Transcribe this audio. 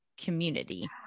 community